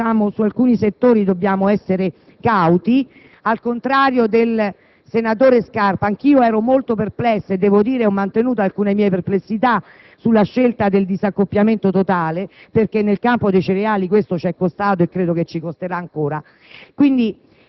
perché - ripeto - su alcuni settori dobbiamo essere cauti. Al contrario del senatore Scarpa Bonazza Buora, anch'io ero molto perplessa - devo dire che ho mantenuto alcune mie perplessità - sulla scelta del disaccoppiamento totale, perché nel campo dei cereali ci è costato e credo ci costerà ancora.